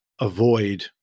avoid